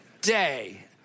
day